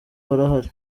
barahari